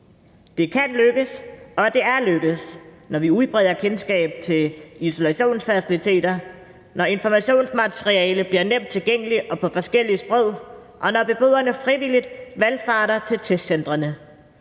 Det kan lykkes, og det er lykkes, nemlig når vi udbreder kendskabet til isolationsfaciliteter, når informationsmateriale bliver nemt tilgængeligt og på forskellige sprog, og når beboerne frivilligt valfarter til testcentrene.